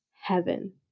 heaven